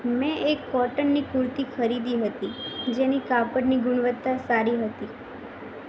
મેં એક કૉટનની કુર્તિ ખરીદી હતી જેની કાપડની ગુણવત્તા સારી હતી